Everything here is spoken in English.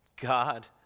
God